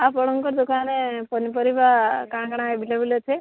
hello ଆପଣଙ୍କ ଦୋକାନରେ ପନିପରିବା କ'ଣ କ'ଣଆଭେଲେବୁଲ୍ ଅଛି